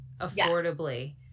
affordably